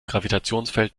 gravitationsfeld